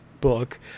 book